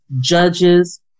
judges